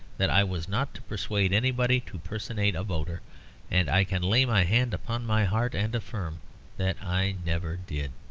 that i was not to persuade anybody to personate a voter and i can lay my hand upon my heart and affirm that i never did.